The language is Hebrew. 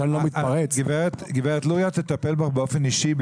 גברת לוריא תטפל בך באופן אישי,